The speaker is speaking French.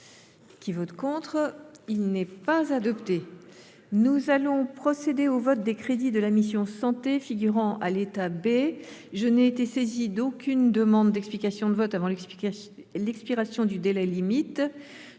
aux voix l’amendement n° II 379. Nous allons procéder au vote des crédits de la mission « Santé », figurant à l’état B. Je n’ai été saisie d’aucune demande d’explication de vote avant l’expiration du délai limite.